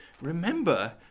remember